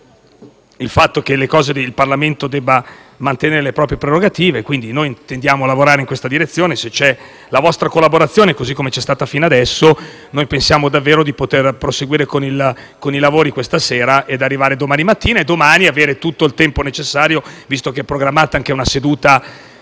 necessità che il Parlamento mantenga le proprie prerogative. Intendiamo lavorare in questa direzione; se c'è la vostra collaborazione, così come c'è stata fino adesso, pensiamo davvero di poter proseguire i lavori questa sera, arrivare domani mattina in Assemblea e avere tutto il tempo necessario (visto che è programmata una seduta